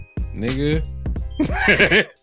nigga